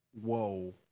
whoa